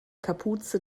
kapuze